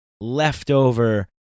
leftover